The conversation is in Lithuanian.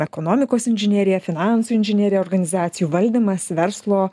ekonomikos inžinerija finansų inžinerija organizacijų valdymas verslo